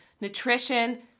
Nutrition